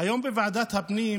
היום התקיים דיון בוועדת הפנים,